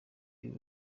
y’u